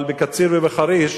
אבל בקציר ובחריש,